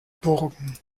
burgen